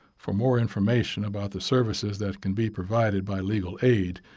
for more information about the services that can be provided by legal aid,